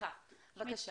הבריאות.